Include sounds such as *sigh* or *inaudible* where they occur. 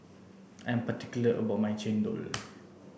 I'm particular about my Chendol *noise*